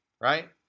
right